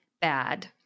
Bad